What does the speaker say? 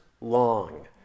long